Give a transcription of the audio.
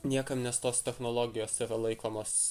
niekam nes tos technologijos yra laikomos